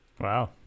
Wow